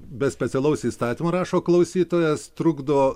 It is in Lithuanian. be specialaus įstatymo rašo klausytojas trukdo